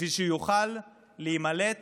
בשביל שהוא יוכל להימלט